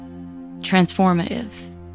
transformative